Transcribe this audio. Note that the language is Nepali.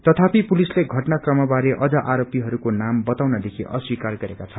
तथापि पुलिसले घटना क्रम बारे अझ आरोपीहरूको नाम बताउनुदेखि अस्वीकार गरेका छन्